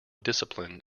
discipline